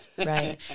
Right